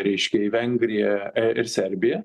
reiškia į vengriją ir serbiją